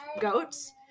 goats